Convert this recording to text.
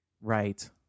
Right